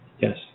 Yes